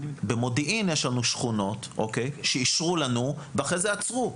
במודיעין יש לנו שכונות שאישרו לנו ואחרי זה עצרו.